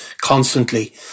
constantly